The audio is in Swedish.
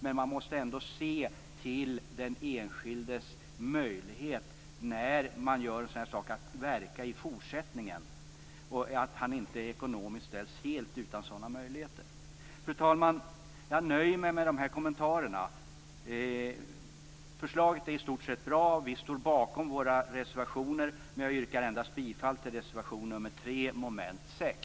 Man måste ändå när man gör sådana här saker se till den enskildes möjligheter att verka i fortsättningen - dvs. att han inte ekonomiskt ställs helt utan sådana möjligheter. Fru talman! Jag nöjer mig med dessa kommentarer. Förslaget är i stort sett bra. Vi står bakom våra reservationer men jag yrkar bifall endast till reservation nr 3 under mom. 6.